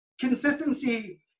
consistency